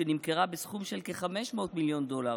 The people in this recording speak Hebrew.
שנמכרה בסכום של כ-500 מיליון דולר.